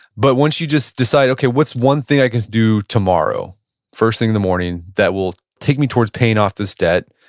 but once you just decide, what's one thing i can do tomorrow first thing in the morning that will take me towards paying off this debt?